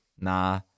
nah